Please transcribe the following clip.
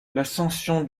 l’ascension